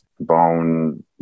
bone